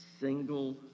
single